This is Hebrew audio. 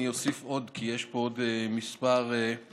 אני אוסיף עוד כי יש פה עוד מספר נוסף